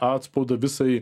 atspaudą visai